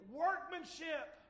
workmanship